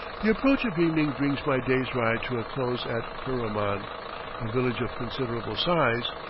the approach of evening brings my day's ride to a close at furriman, a village of considerable size,